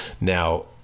Now